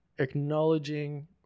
acknowledging